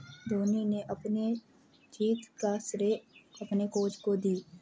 धोनी ने अपनी जीत का श्रेय अपने कोच को दी